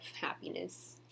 happiness